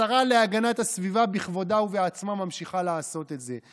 השרה להגנת הסביבה בכבודה ובעצמה ממשיכה לעשות את זה.